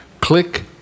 Click